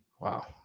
Wow